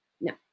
No